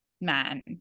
man